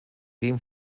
den